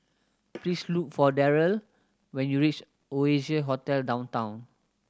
please look for Darryle when you reach Oasia Hotel Downtown